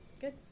Good